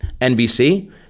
NBC